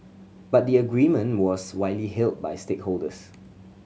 but the agreement was widely hailed by stakeholders